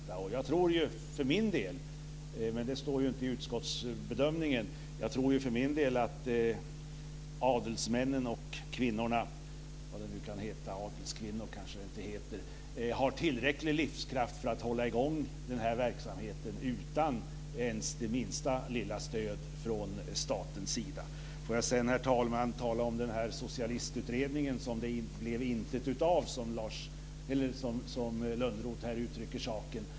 För min del tror jag - och det står inte i utskottets bedömning - att adelsmännen och kvinnorna - det kanske inte heter adelskvinnor - har tillräcklig livskraft för att hålla i gång verksamheten utan ens det minsta lilla stöd från statens sida. Herr talman! Sedan var det socialistutredningen som det blev intet av, som Lönnroth uttrycker saken.